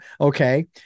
okay